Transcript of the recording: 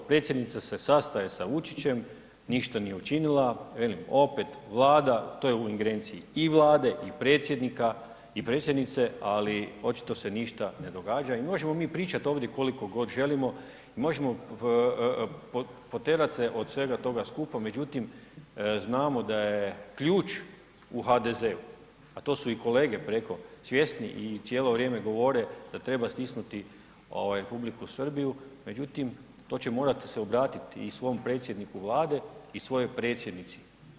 Predsjednica se sastaje sa Vučićem, ništa nije učinila, velim, opet Vlada, to je u ingerenciji i Vlade i predsjednika i predsjednice, ali očito se ništa ne događa i možemo mi pričati ovdje koliko god želimo, možemo potjerati se od svega toga skupa, međutim, znamo da je ključ u HDZ-u, a to su i kolege preko svjesni i cijelo vrijeme govore da treba stisnuti R. Srbiju međutim to će morati se obratiti i svom predsjedniku Vlade i svojoj predsjednici.